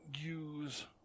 use